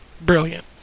Brilliant